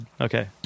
Okay